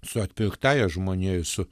su atpirktaja žmonija su